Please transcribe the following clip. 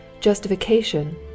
Justification